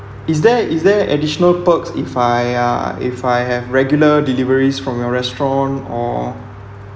is there is there additional perks if I uh if I have regular deliveries from your restaurant or